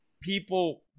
people